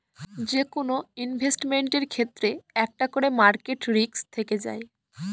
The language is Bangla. যেকোনো ইনভেস্টমেন্টের ক্ষেত্রে একটা করে মার্কেট রিস্ক থেকে যায়